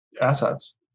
assets